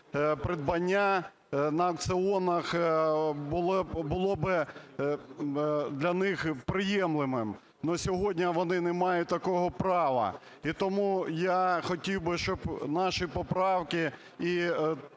придбання на аукціонах було би для них приемлемым, но сьогодні вони не мають такого права. І тому я хотів би, щоб наші поправки